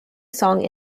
song